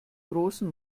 großen